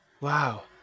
Wow